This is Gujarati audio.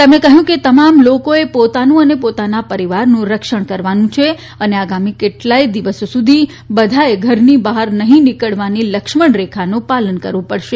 તેમણે કહ્યું કે તમામ લોકોએ પોતાનું અને પોતાના પરિવારનું રક્ષણ કરવાનું છે અને આગામી કેટલાથ દિવસો સુધી બધાએ ઘરની બહાર નફી નીકળવાની લક્ષમણરેખાનું પાલન કરવું પડશે